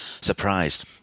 surprised